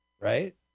right